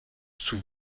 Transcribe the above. sous